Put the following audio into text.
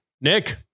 Nick